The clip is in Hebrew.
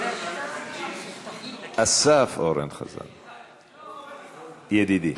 אסף אורן חזן, ידידי.